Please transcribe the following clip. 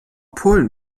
polen